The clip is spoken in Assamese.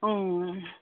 অঁ